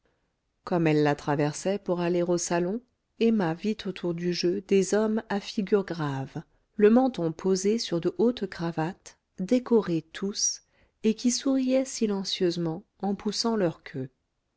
comme elle la traversait pour aller au salon emma vit autour du jeu des hommes à figure grave le menton posé sur de hautes cravates décorés tous et qui souriaient silencieusement en poussant leur queue